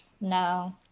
No